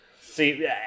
See